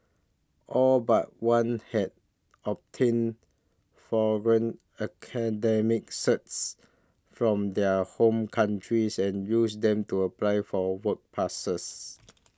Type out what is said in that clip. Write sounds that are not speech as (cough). all but one had obtained (unintelligible) academic certs from their home countries and used them to apply for work passes